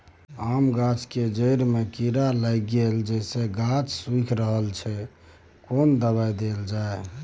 आम गाछ के जेकर में कीरा लाईग गेल जेसे गाछ सुइख रहल अएछ केना दवाई देल जाए?